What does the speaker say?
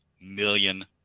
million